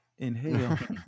inhale